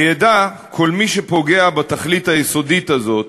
וידע כל מי שפוגע בתכלית היסודית הזאת,